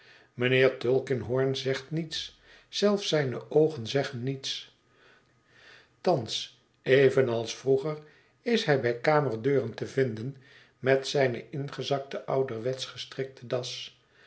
mijnheer tulkinghorn zegt niets zelfs zijne oogen zeggen niets thans evenals vroeger is hij bij kamerdeuren te vinden met zijne ingezakte ouderwetsch gestrikte das